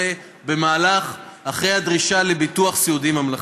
במהלך מאחורי הדרישה לביטוח סיעודי ממלכתי.